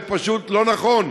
זה פשוט לא נכון.